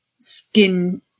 skin